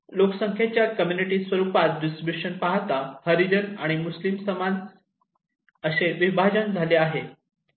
लोकसंख्येचे कम्युनिटी स्वरूपात डिस्ट्रीब्यूशन पाहता हरिजन आणि मुस्लिम समाज असे विभाजन झाले आहे